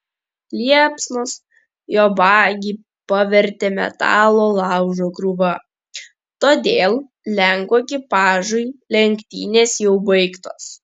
liepsnos jo bagį pavertė metalo laužo krūva todėl lenkų ekipažui lenktynės jau baigtos